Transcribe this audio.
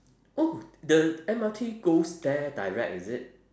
oh the M_R_T goes there direct is it